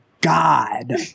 God